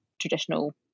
traditional